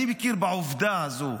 אני מכיר בעובדה הזאת.